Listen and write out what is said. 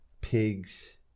pigs